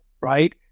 right